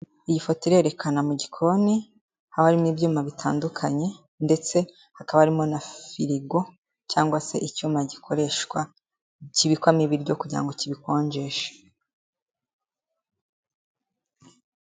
Iyifoto irerekana mu gikoni habarimo ibyuma bitandukanye ndetse hakaba harimo na firigo cyangwa se icyuma gikoreshwa kibikwamo ibiryo kugira ngo kibikonjeshe.